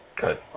Good